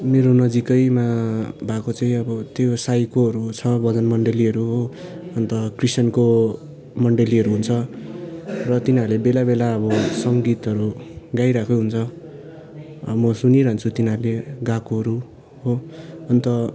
मेरो नजिकैमा भएको चाहिँ अब त्यो साईकोहरू छ भजन मण्डलीहरू हो अन्त क्रिस्तानको मण्डलीहरू हुन्छ र तिनीहरूले बेला बेला अब सङ्गीतहरू गाइरहेकै हुुन्छ म सुनिरहन्छु तिनीहरूले गाएकोहरू हो अन्त